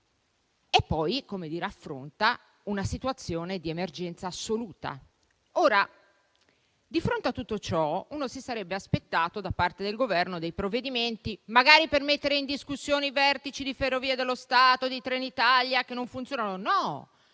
quindi, una situazione di emergenza assoluta. Ebbene, di fronte a tutto ciò, ci si sarebbe aspettati, da parte del Governo, dei provvedimenti magari per mettere in discussione i vertici di Ferrovie dello Stato e di Trenitalia che non funzionano e